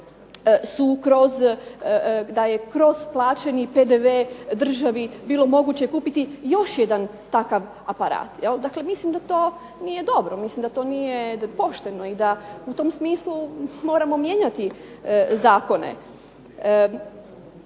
da je kroz plaćeni PDV državi bilo moguće kupiti još jedan takav aparat. Dakle mislim da to nije dobro, mislim da to nije pošteno i da u tom smislu moramo mijenjati zakone.